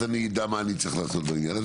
אני אדע מה אני צריך לעשות בעניין הזה,